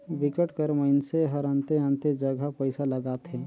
बिकट कर मइनसे हरअन्ते अन्ते जगहा पइसा लगाथे